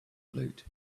loot